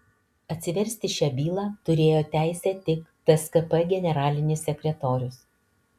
atsiversti šią bylą turėjo teisę tik tskp generalinis sekretorius